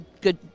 good